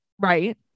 Right